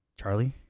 charlie